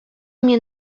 mnie